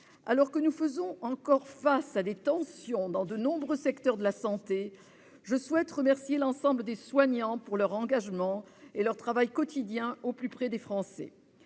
Alors que nous faisons encore face à des tensions dans de nombreux secteurs de la santé, je souhaite remercier l'ensemble des soignants pour leur engagement et leur travail quotidien au plus près des Français.